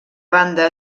banda